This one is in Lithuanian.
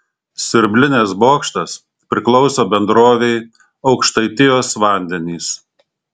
siurblinės bokštas priklauso bendrovei aukštaitijos vandenys